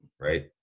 right